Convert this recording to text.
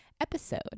episode